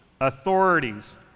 authorities